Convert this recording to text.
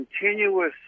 continuous